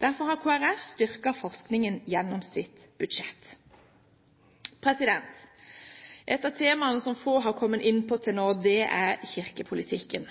Derfor har Kristelig Folkeparti styrket forskningen gjennom sitt budsjett. Et av temaene som få har kommet inn på til nå, er kirkepolitikken.